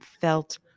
felt